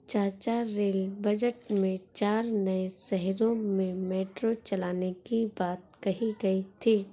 चाचा rail budget में चार नए शहरों में मेट्रो चलाने की बात कही गई थी